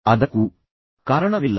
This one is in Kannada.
ನೀವು ಯಾರನ್ನಾದರೂ ಏಕೆ ಪ್ರೀತಿಸುತ್ತೀರಿ